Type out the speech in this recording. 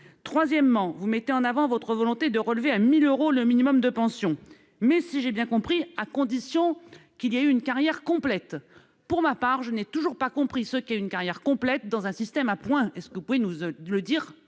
Troisièmement, vous mettez en avant votre volonté de relever à 1 000 euros le montant minimal de pension, mais, si j'ai bien compris, à condition que la carrière ait été complète. Pour ma part, je n'ai toujours pas compris ce qu'est une carrière complète dans un système à points. Pouvez-vous nous le dire